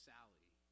Sally